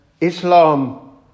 Islam